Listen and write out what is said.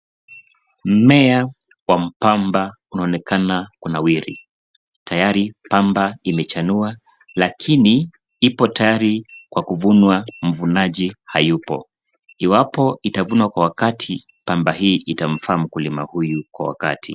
Mmea wa mpamba unaonekana kunawiri. Tayari pamba imechanua lakini ipo tayari kwa kuvunwa mvunaji hayupo. Iwapo itavunwa kwa wakati pamba hii itamfaa mkulima huyu kwa wakati.